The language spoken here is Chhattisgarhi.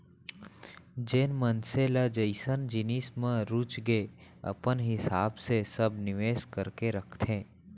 जेन मनसे ल जइसन जिनिस म रुचगे अपन हिसाब ले सब निवेस करके रखथे